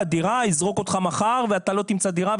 הדירה יזרוק אותך מחר ואתה לא תמצא דירה.